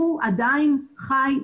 הוא עדיין חי,